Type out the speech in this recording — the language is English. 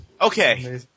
Okay